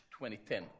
2010